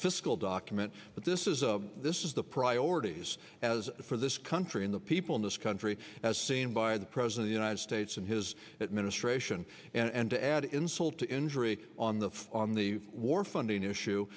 fiscal document but this is a this is the priorities as for this country in the people in this country as seen by the president the united states and his administration and to add insult to injury on the on the war funding